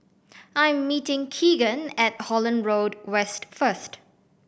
I am meeting Keagan at Holland Road West first